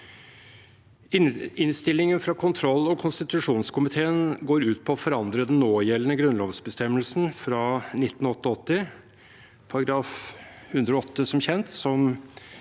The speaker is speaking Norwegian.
Innstillingen fra kontroll- og konstitusjonskomiteen går ut på å forandre den gjeldende grunnlovsbestemmelsen fra 1988, § 108, som kjent, som